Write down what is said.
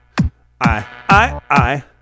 I-I-I